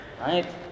right